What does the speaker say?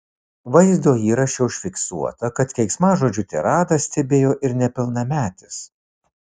vaizdo įraše užfiksuota kad keiksmažodžių tiradą stebėjo ir nepilnametis